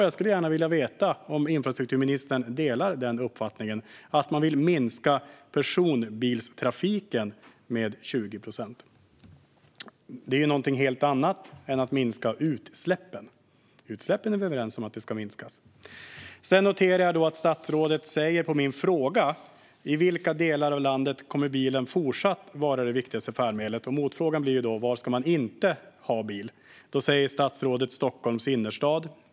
Jag skulle gärna vilja veta om infrastrukturministern delar den uppfattningen och vill minska personbilstrafiken med 20 procent. Det är alltså någonting helt annat än att minska utsläppen, som vi är överens om ska minskas. Jag noterar också att statsrådet svarar på min fråga i vilka delar av landet bilen fortsatt kommer att vara det viktigaste färdmedlet. Motfrågan blir var man inte ska ha bil, och då säger statsrådet Stockholms innerstad.